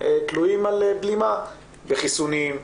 תלויים על בלימה בחיסונים,